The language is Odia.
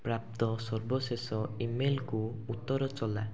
ପ୍ରାପ୍ତ ସର୍ବଶେଷ ଇମେଲ୍କୁ ଉତ୍ତର ଚଲା